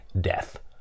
Death